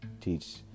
teach